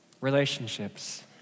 Relationships